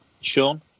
Sean